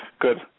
Good